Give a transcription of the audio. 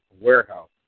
warehouse